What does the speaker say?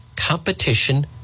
Competition